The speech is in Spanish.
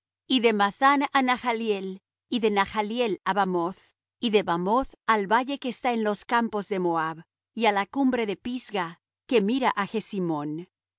y de nahaliel á bamoth y de bamoth al valle que está en los campos de moab y á la cumbre de pisga que mira á jesimón y